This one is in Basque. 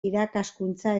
irakaskuntza